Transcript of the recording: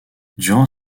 durant